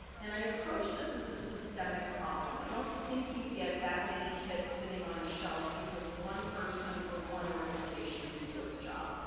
and i approach this as a systemic problem. i don't think you get that many kits sitting on a shelf because one person or one organization didn't do its job.